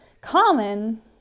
common